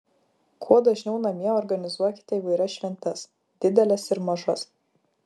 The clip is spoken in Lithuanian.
kuo dažniau namie organizuokite įvairias šventes dideles ir mažas